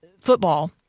football